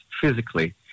physically